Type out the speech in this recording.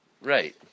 Right